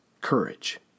courage